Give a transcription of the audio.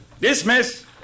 Dismiss